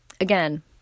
again